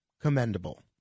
commendable